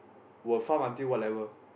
will farm until what level